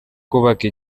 kubaka